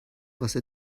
واسه